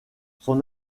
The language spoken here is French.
son